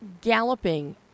galloping